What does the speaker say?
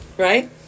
Right